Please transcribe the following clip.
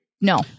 No